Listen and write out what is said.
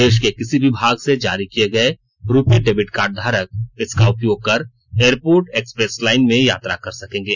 देश के किसी भी भाग से जारी किए गए रुपे डेबिट कार्ड धारक इसका उपयोग कर एयरपोर्ट एक्सप्रेस लाइन में यात्रा कर सकेंगे